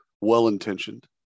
well-intentioned